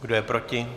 Kdo je proti?